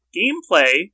gameplay